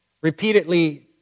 repeatedly